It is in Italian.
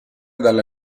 dalla